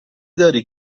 داری